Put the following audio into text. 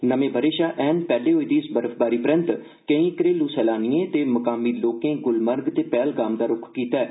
नमें ब'र शा ऐन पैहल होई दी इस बर्फबारी परैन्त कई घरबू सैलानिएं त मुकामी लोकें गुलमर्ग त पैहलगाम दा रूख कीता ऐ